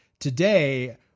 Today